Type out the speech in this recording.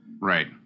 Right